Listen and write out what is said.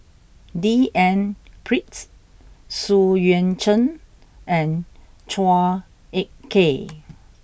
D N Pritt Xu Yuan Zhen and Chua Ek Kay